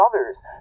others